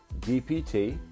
dpt